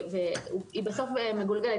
היא בסוף מגולגלת.